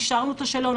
אישרנו את השאלון,